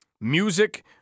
music